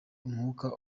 umwuka